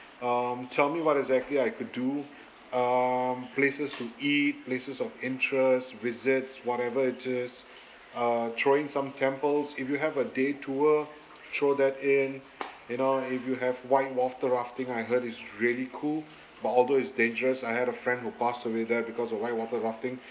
um tell me what exactly I could do um places to eat places of interest visits whatever it is uh throw in some temples if you have a day tour throw that in you know if you have white water rafting I heard it's really cool but although it's dangerous I had a friend who passed away there because of white water rafting